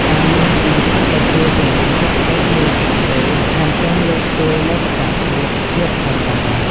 ការណ៍នេះមិនត្រឹមតែជួយជំរុញសេដ្ឋកិច្ចមូលដ្ឋានទេ ថែមទាំងលើកស្ទួយមោទកភាពជាតិផងដែរ។